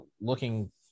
looking